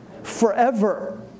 Forever